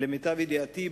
למיטב ידיעתי,